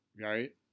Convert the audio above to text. Right